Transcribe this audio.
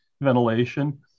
ventilation